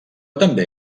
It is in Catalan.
també